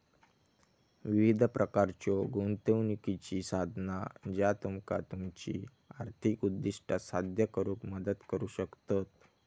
विविध प्रकारच्यो गुंतवणुकीची साधना ज्या तुमका तुमची आर्थिक उद्दिष्टा साध्य करुक मदत करू शकतत